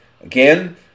Again